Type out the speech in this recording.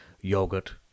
yogurt